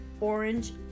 orange